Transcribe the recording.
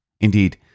Indeed